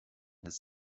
his